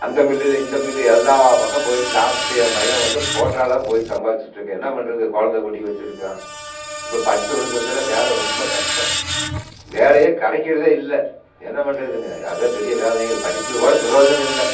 அந்த மில்லில் இந்த மில்லு எல்லா பக்கமும் போயிட்டு லாஸ்ட் இப்போ என் பையன் வந்து போற்றாலா போய் சம்பாதிச்சுட்ருக்கான் என்ன பண்ணுறது குழந்த குட்டி வச்சுருக்கான் இப்போ படிச்சவனுக்கு வந்துலாம் வேலை ரொம்ப கஷ்டம் வேலையே கிடைக்கிறதே இல்லை என்ன பண்ணுறதுங்க அதுதான் பெரிய வேதனையாக இருக்குது படிச்சதுக்கு கூட புரயோஜனம் இல்லை